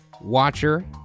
watcher